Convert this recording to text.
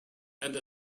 and